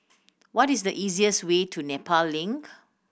what is the easiest way to Nepal Link